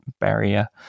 barrier